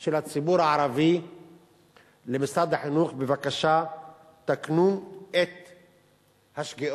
של הציבור הערבי למשרד החינוך: בבקשה תקנו את השגיאות,